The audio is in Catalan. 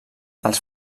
els